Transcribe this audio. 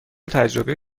تجربه